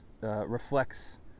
reflects